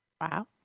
Wow